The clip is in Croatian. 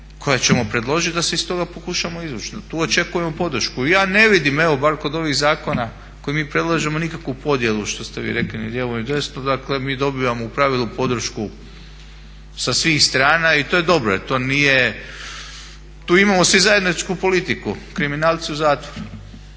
koja ćemo predložiti da se iz toga pokušamo izvući. Tu očekujemo podršku. I ja ne vidim, evo bar kod ovih zakona koji mi predlažemo nikakvu podjelu što ste vi rekli ni lijevu, ni desnu. Dakle, mi dobivamo u pravilu podršku sa svih strana i to je dobro, jer to nije, tu imamo svi zajedničku politiku. Kriminalci u zatvoru.